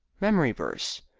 memory verse,